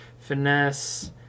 Finesse